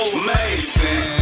amazing